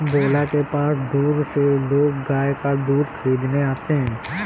भोला के पास दूर से लोग गाय का दूध खरीदने आते हैं